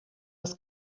als